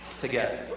together